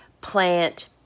plant